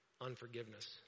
unforgiveness